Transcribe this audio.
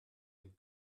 dem